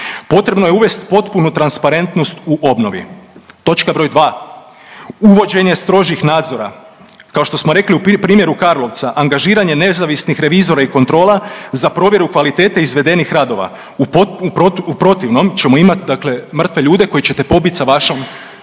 Potrebno je uvest potpunu transparentnost u obnovi. Točka broj 2, uvođenje strožih nazora, kao što smo rekli u primjeru Karlovca angažiranje nezavisnih revizora i kontrola za provjeru kvalitete izvedenih radova u protivnom ćemo imat dakle mrtve ljude koje ćete pobit sa vašom